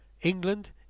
England